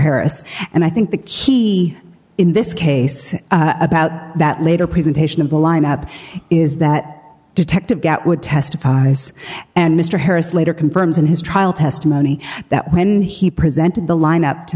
harris and i think the key in this case about that later presentation of the lineup is that detective get would testifies and mr harris later confirms in his trial testimony that when he presented the lineup to